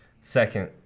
Second